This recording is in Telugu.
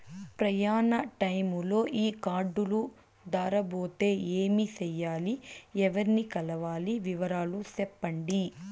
ప్రయాణ టైములో ఈ కార్డులు దారబోతే ఏమి సెయ్యాలి? ఎవర్ని కలవాలి? వివరాలు సెప్పండి?